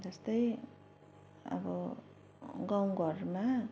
जस्तै अब गाउँ घरमा